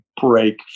break